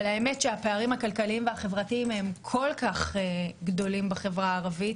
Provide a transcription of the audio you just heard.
האמת שהפערים הכלכליים והחברתיים הם כל כך גדולים בחברה הערבית